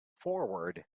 forward